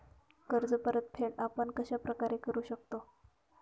कर्ज परतफेड आपण कश्या प्रकारे करु शकतो?